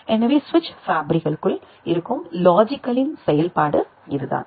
எனவே சுவிட்ச் ஃபேப்ரிக்களுக்குள் இருக்கும் லாஜிக்களின் செயல்பாடு இதுதான்